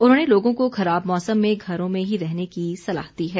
उन्होंने लोगों को खराब मौसम में घरों में ही रहने की सलाह दी हैं